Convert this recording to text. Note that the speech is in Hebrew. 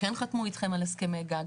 שכן חתמו אתכם על הסכמי גג.